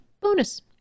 Bonus